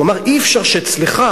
הוא אמר: אי-אפשר שאצלך,